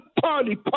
party